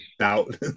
out